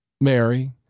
Mary